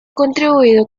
contribuido